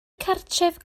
cartref